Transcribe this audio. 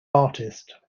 artist